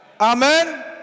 Amen